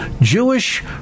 Jewish